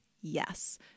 Yes